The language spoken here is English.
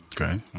Okay